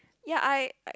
ya I